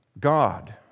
God